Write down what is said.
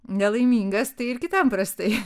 nelaimingas tai ir kitam prastai